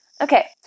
Okay